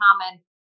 common